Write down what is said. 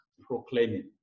proclaiming